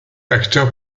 acteur